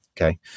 okay